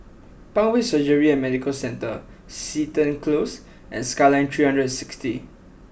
Parkway Surgery and Medical Centre Seton Close and Skyline three hundred and sixty